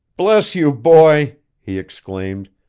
bless you, boy, he exclaimed.